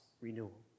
renewal